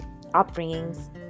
upbringings